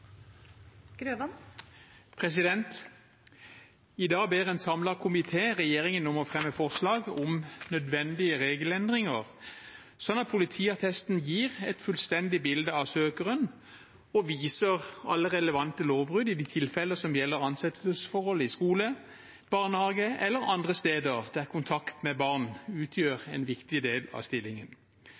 opp raskt. I dag ber en samlet komité regjeringen om å fremme forslag om nødvendige regelendringer, sånn at politiattesten gir et fullstendig bilde av søkeren og viser alle relevante lovbrudd i de tilfeller som gjelder ansettelsesforhold i skole, barnehage eller andre steder der kontakt med barn utgjør en viktig del av stillingen.